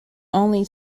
only